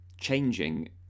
changing